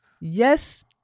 Yes